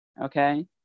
okay